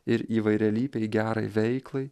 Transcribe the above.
ir įvairialypiai gerai veiklai